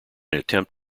attempt